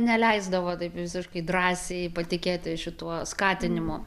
neleisdavo taip visiškai drąsiai patikėti šituo skatinimu